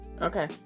Okay